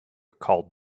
called